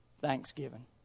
thanksgiving